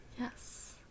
yes